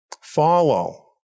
follow